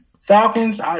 Falcons